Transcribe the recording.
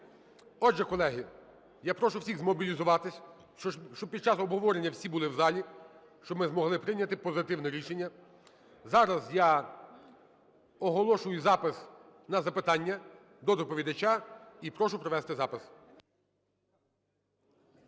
Отже, колеги, я прошу всіх змобілізуватися, щоб під час обговорення всі були в залі, щоб ми могли прийняти позитивне рішення. Зараз я оголошую запис на запитання до доповідача, і прошу провести запис.